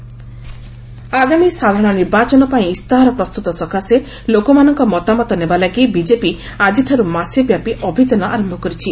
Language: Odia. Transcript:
ଶାହା ରାଜନାଥ ଆଗାମୀ ସାଧାରଣ ନିର୍ବାଚନ ପାଇଁ ଇସ୍ତାହାର ପ୍ରସ୍ତୁତ ସକାଶେ ଲୋକମାନଙ୍କ ମତାମତ ନେବାଲାଗି ବିକେପି ଆଜିଠାରୁ ମାସେବ୍ୟାପୀ ଅଭିଯାନ ଆରମ୍ଭ କରିଛି